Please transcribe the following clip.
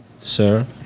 Sir